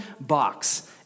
box